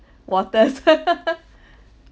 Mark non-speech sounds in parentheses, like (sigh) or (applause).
waters (laughs)